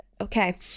Okay